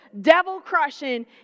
devil-crushing